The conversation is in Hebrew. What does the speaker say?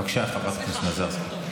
בבקשה, חברת הכנסת מזרסקי.